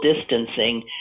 distancing